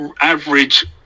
average